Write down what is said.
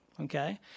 okay